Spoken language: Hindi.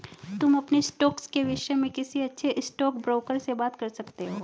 तुम अपने स्टॉक्स के विष्य में किसी अच्छे स्टॉकब्रोकर से बात कर सकते हो